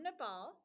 Nepal